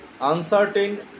uncertain